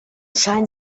scheinen